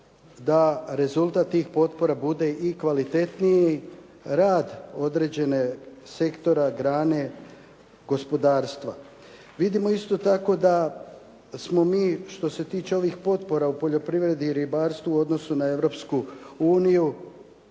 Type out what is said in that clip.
da rezultat tih potpora bude i kvalitetniji rad određene sektora, grane gospodarstva. Vidimo isto tako da smo mi što se tiče ovih potpora u poljoprivredi i ribarstvu u odnosu na Europsku uniju